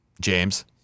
james